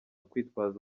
kwitwaza